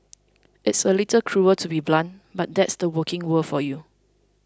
it's a little cruel to be blunt but that's the working world for you